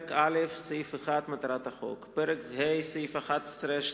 פרק א', סעיף 1 (מטרת החוק); פרק ה', סעיף 11(2)